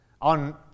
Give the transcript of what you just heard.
on